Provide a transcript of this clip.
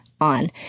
On